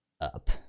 up